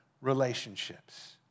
relationships